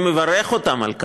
אני מברך אותם על כך.